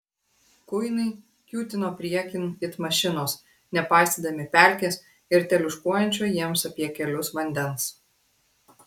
kuinai kiūtino priekin it mašinos nepaisydami pelkės ir teliūškuojančio jiems apie kelius vandens